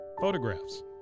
Photographs